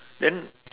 then